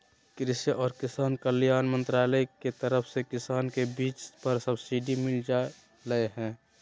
कृषि आर किसान कल्याण मंत्रालय के तरफ से किसान के बीज पर सब्सिडी मिल लय हें